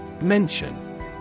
Mention